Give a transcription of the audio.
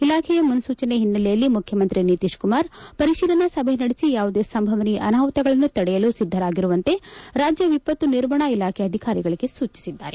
ಇಲಾಖೆಯ ಮುನ್ಲೂಚನೆ ಹಿನ್ನೆಲೆಯಲ್ಲಿ ಮುಖ್ಯಮಂತ್ರಿ ನಿತಿಶ್ ಕುಮಾರ್ ಪರಿಶೀಲನಾ ಸಭೆ ನಡೆಸಿ ಯಾವುದೇ ಸಂಭವನೀಯ ಅನಾಹುತಗಳನ್ನು ತಡೆಯಲು ಸಿದ್ದರಾಗಿರುವಂತೆ ರಾಜ್ಯ ವಿಪತ್ತು ನಿರ್ವಹಣಾ ಇಲಾಖೆ ಅಧಿಕಾರಿಗಳಿಗೆ ಸೂಚಿಸಿದ್ದಾರೆ